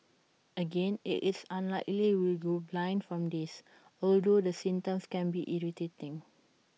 again IT is unlikely you will go blind from this although the symptoms can be irritating